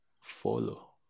follow